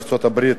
ארצות-הברית,